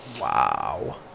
Wow